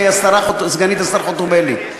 סגנית השר חוטובלי.